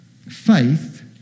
faith